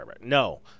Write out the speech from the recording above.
no